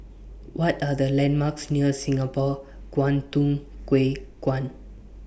What Are The landmarks near Singapore Kwangtung Hui Kuan